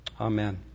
Amen